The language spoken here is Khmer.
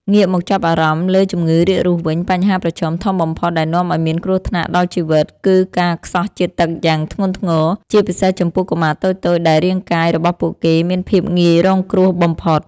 ងាកមកចាប់អារម្មណ៍លើជំងឺរាករូសវិញ បញ្ហាប្រឈមធំបំផុតដែលនាំឱ្យមានគ្រោះថ្នាក់ដល់ជីវិត គឺការខ្សោះជាតិទឹកយ៉ាងធ្ងន់ធ្ងរ ជាពិសេសចំពោះកុមារតូចៗដែលរាងកាយរបស់ពួកគេមានភាពងាយរងគ្រោះបំផុត។